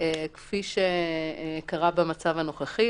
כפי שקרה במצב הנוכחי,